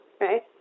right